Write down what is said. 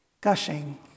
gushing